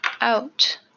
out